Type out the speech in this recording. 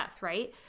right